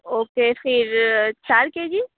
okay پھر چار کے جی